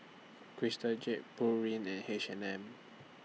Crystal Jade Pureen and H and M